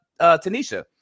Tanisha